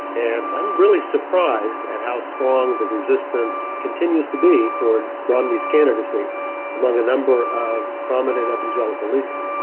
and i'm really surprised at how strong the resistance continues to be towards romney's candidacy among a number of prominent evangelical leaders.